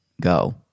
go